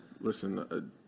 Listen